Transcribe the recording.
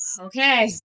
okay